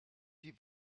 die